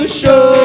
show